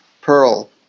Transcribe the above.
pearl